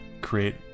create